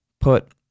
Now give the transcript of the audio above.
put –